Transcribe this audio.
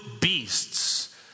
beasts